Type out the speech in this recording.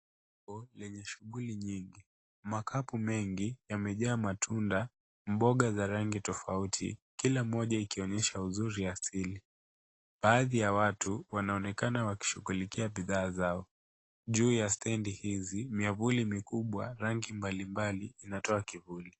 Soko lenye shughuli nyingi. Makapu mengi yamejaa matunda, mboga za rangi tofauti, kila moja ikionyesha uzuri ya asili. Baadhi ya watu wanaonekana wakishughulikia bidhaa zao. Juu ya stedi hizi, miavuli mikubwa rangi mbalimbali inatoa kivuli.